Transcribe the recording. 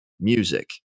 music